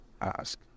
ask